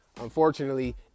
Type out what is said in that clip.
unfortunately